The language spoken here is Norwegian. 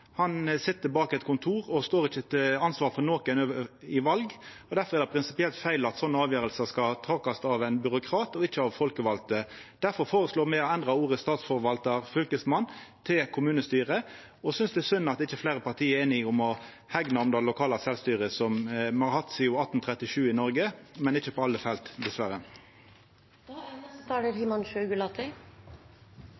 Han sit på eit kontor og står ikkje til ansvar overfor nokon i val. Difor er det prinsipielt feil at slike avgjerder skal takast av ein byråkrat og ikkje av folkevalde. Difor føreslår me å endra ordet «statsforvaltar»/«fylkesmann» til «kommunestyre» og synest det er synd at ikkje fleire parti er einig med oss i å hegna om det lokale sjølvstyret som me har hatt sidan 1837 i Noreg – men ikkje på alle felt,